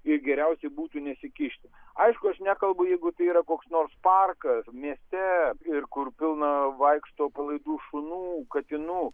ir geriausiai būtų nesikišti aišku aš nekalbu jeigu tai yra koks nors parkas mieste ir kur pilna vaikšto palaidų šunų katinų